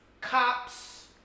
cops